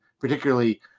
particularly